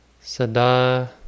Sada